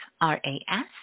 R-A-S